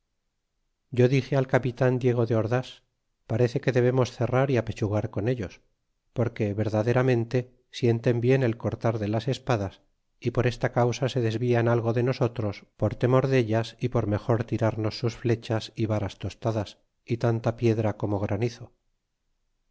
yo dixe al capitan diego de ordás parece que debemos cerrar y apechugar con ellos porque verdaderamente sienten bien el cortar de las espadas y por esta causa se desvian algo de nosotros por temor dallas y por mejor tirarnos sus flechas y varas tostadas y tanta piedra como granizo